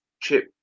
chip